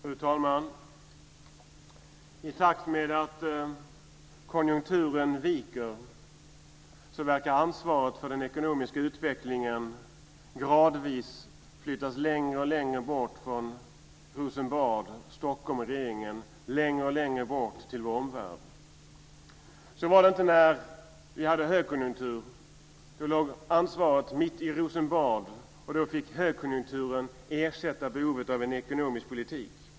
Fru talman! I takt med att konjunkturen viker verkar ansvaret för den ekonomiska utvecklingen gradvis flyttas längre och längre bort från Rosenbad, Stockholm och regeringen, längre och längre bort i förhållande till vår omvärld. Så var det inte när vi hade högkonjunktur. Då låg ansvaret mitt i Rosenbad, och då fick högkonjunkturen ersätta behovet av en ekonomisk politik.